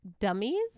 dummies